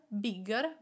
bigger